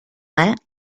that